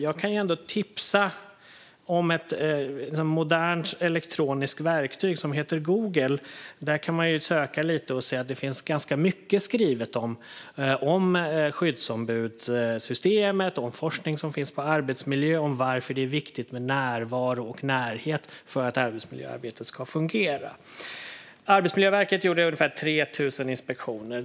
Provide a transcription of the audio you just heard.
Jag kan ändå tipsa om ett modernt elektroniskt verktyg som heter Google. Vid en sökning på Google ser man att det finns mycket skrivet om systemet för skyddsombud samt om forskning på området arbetsmiljö om varför det är viktigt med närvaro och närhet för att arbetsmiljöarbetet ska fungera. Arbetsmiljöverket gjorde ungefär 3 000 inspektioner.